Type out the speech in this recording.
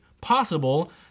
possible